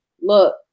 look